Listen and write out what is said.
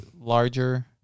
larger